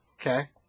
Okay